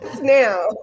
Now